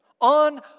on